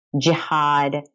jihad